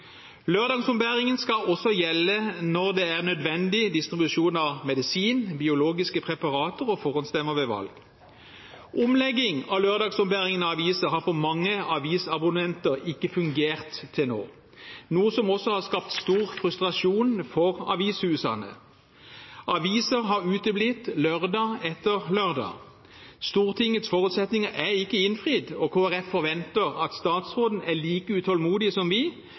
produktene. Lørdagsombæringen skal også gjelde når det er nødvendig distribusjon av medisin, biologiske preparater og forhåndsstemmer ved valg. Omlegging av lørdagsombæringen av aviser har for mange avisabonnenter ikke fungert til nå – noe som også har skapt stor frustrasjon for avishusene. Aviser har uteblitt lørdag etter lørdag. Stortingets forutsetninger er ikke innfridd, og Kristelig Folkeparti forventer at statsråden er like utålmodig som